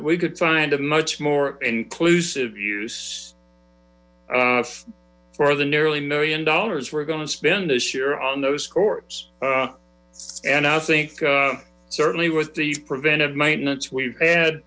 we could find a much more inclusive use for the nearly million dollars we're gonna spend this year on those courts and i think certainly with the preventive maintenance we've ad